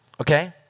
okay